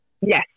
Yes